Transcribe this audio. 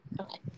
Okay